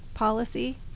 policy